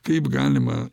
kaip galima